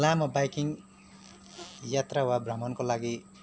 लामो बाइकिङ यात्रा वा भ्रमणको लागि